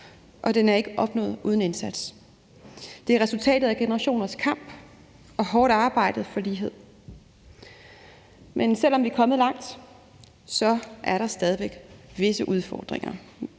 og den er ikke opnået uden indsats. Det er resultatet af generationers kamp og hårdt arbejde for lighed. Men selv om vi kommet langt, er der stadig væk visse udfordringer.